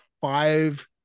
five